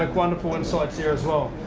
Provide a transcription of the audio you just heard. like wonderful insights here as well.